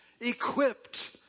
equipped